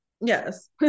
yes